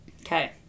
Okay